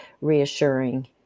reassuring